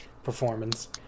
performance